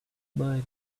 boy